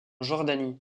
jordanie